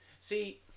See